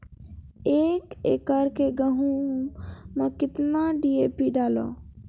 एक एकरऽ गेहूँ मैं कितना डी.ए.पी डालो?